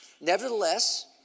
Nevertheless